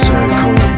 Circle